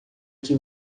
que